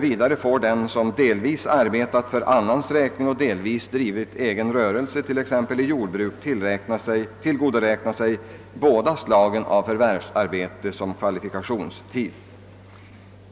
Vidare får den som delvis arbetat för annans räkning och delvis drivit egen rörelse, t.ex. jordbruk, tillgodoräkna sig båda slagen av förvärvsarbeten som kvalifikationstid.